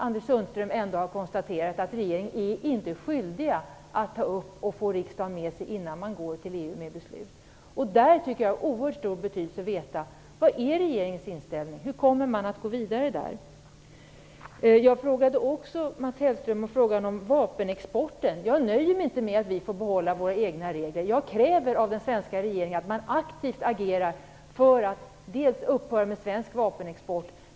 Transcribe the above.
Anders Sundström har konstaterat att regeringen inte är skyldig att ta upp förslag i riksdagen och få riksdagen med sig innan man fattar beslut i EU. Det är av oerhört stor betydelse att veta vilken inställning regeringen har. Hur kommer man att gå vidare? Jag frågade också Mats Hellström om vapenexporten. Jag nöjer mig inte med att vi får behålla våra egna regler. Jag kräver att den svenska regeringen aktivt agerar för att man skall upphöra med svensk vapenexport.